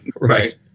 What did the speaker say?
right